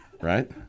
Right